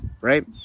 Right